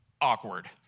awkward